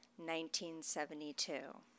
1972